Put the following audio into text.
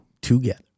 together